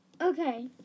Okay